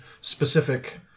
specific